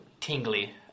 tingly